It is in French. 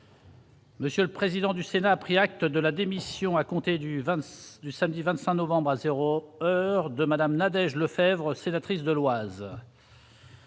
Monsieur le président du Sénat, a pris acte de la démission, à compter du 26 du samedi 25 novembre à 0 heure de Madame Nadège Lefebvre sénatrice de l'Oise.